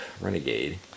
Renegade